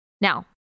Now